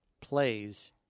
plays